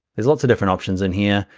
there's lots of different options in here,